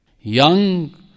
Young